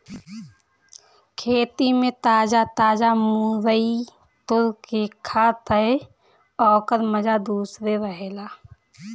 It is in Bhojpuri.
खेते में ताजा ताजा मुरई तुर के खा तअ ओकर माजा दूसरे रहेला